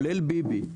כלל ביבי,